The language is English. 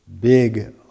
big